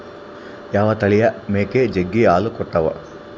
ಯಾವ ತಳಿಯ ಮೇಕೆ ಜಗ್ಗಿ ಹಾಲು ಕೊಡ್ತಾವ?